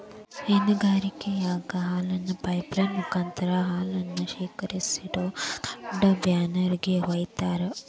ಹೈನಗಾರಿಕೆಯಾಗ ಹಾಲನ್ನ pipeline ಮುಕಾಂತ್ರ ಹಾಲನ್ನ ಶೇಖರಿಸಿಡೋ ದೊಡ್ಡ ಬ್ಯಾರೆಲ್ ಗೆ ವೈತಾರ